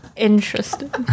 Interesting